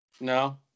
No